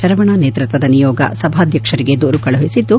ಶರವಣ ನೇತೃತ್ವದ ನಿಯೋಗ ಸಭಾಧ್ಯಕ್ಷರಿಗೆ ದೂರು ಕಳುಹಿಸಿದ್ದು